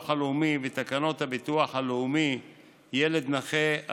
הלאומי ותקנות הביטוח הלאומי (ילד נכה),